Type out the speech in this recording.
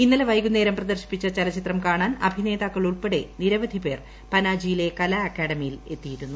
ഇന്നലെ വൈകുന്നേരം പ്രദർശിപ്പിച്ച ചലച്ചിത്രം കാണാൻ അഭിനേതാക്കളുൾപ്പെടെ നിരവധി പേർ പനാജിയിലെ കലാ അക്കാഡമിയിൽ എത്തിയിരുന്നു